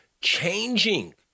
changing